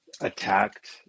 attacked